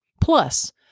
plus